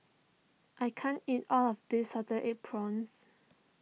I can't eat all of this Salted Egg Prawns